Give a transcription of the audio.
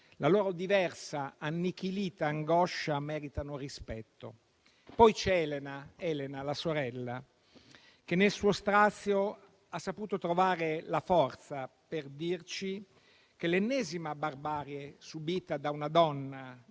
la loro diversa, annichilita angoscia, meritano rispetto. Poi c'è Elena, la sorella, che nel suo strazio ha saputo trovare la forza per dirci che l'ennesima barbarie subita da una donna,